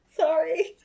Sorry